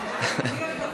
השעה.